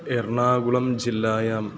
एर्णाकुलं जिल्लायां